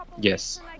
Yes